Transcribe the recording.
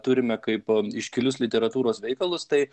turime kaip iškilius literatūros veikalus tai